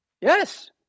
Yes